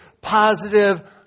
positive